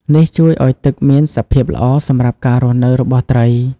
នេះជួយឲ្យទឹកមានសភាពល្អសម្រាប់ការរស់នៅរបស់ត្រី។